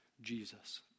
Jesus